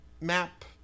map